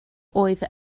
oedd